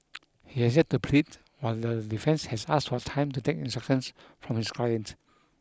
he has yet to plead while the defence has asked for time to take instructions from his client